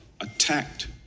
attacked